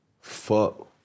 fuck